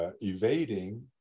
evading